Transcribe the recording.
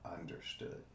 understood